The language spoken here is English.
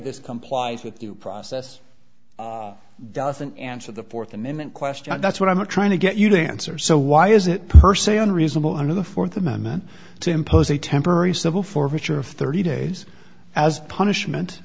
this complies with you process doesn't answer the fourth amendment question that's what i'm trying to get you to answer so why is it per se unreasonable under the fourth amendment to impose a temporary civil forfeiture of thirty days as punishment